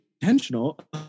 intentional